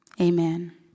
Amen